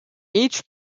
each